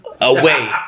Away